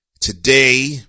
today